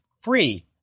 free